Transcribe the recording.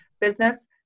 business